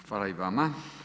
Hvala i vama.